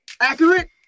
Accurate